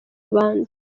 abandi